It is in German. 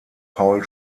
paul